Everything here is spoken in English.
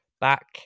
back